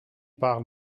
parle